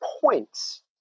points